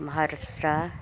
Maharashtra